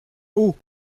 haut